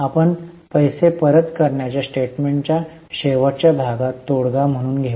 आपण पैसे परत करण्याच्या स्टेटमेन्टच्या शेवटच्या भागात तोडगा म्हणून घेऊ